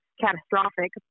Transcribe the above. catastrophic